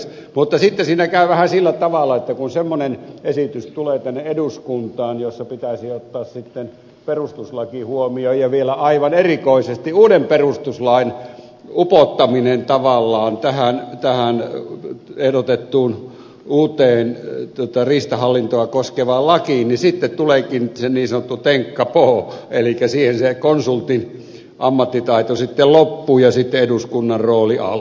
mutta sitten siinä käy vähän sillä tavalla että kun semmoinen esitys tulee tänne eduskuntaan jossa pitäisi ottaa perustuslaki huomioon ja vielä aivan erikoisesti uuden perustuslain upottaminen tavallaan tähän ehdotettuun uuteen riistahallintoa koskevaan lakiin niin sitten tuleekin se niin sanottu tenkkapoo elikkä siihen se konsultin ammattitaito sitten loppuu ja eduskunnan rooli alkaa